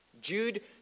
Jude